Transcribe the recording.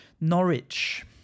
Norwich